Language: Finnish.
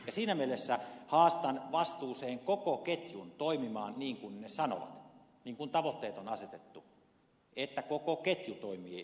siinä mielessä haastan vastuuseen koko ketjun toimimaan niin kuin tavoitteet on asetettu että koko ketju toimii näin